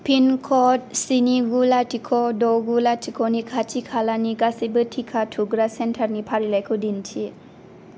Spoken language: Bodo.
पिन क'ड स्नि गु लाथिख' द' गु लाथिख' नि खाथि खालानि गासैबो टिका थुग्रा सेन्टार नि फारिलाइखौ दिन्थि